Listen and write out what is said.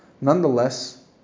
Nonetheless